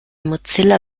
mozilla